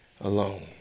alone